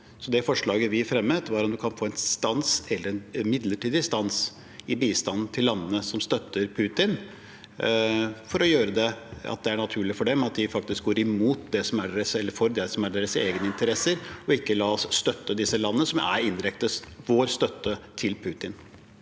Det forslaget vi fremmet, var om en kan få en midlertidig stans i bistanden til landene som støtter Putin, for det er naturlig for dem at de er for det som er deres egne interesser, og ikke støtte disse landene, som indirekte er vår støtte til Putin.